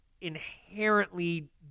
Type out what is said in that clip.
inherently